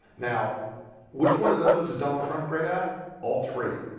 now which one of those is donald trump great app all three